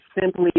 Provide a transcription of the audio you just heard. simply